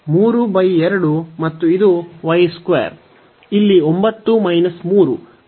32 ಮತ್ತು ಇದು y 2 ಇಲ್ಲಿ 9 3 ಮತ್ತು ನಂತರ 27